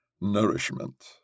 nourishment